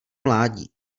mládí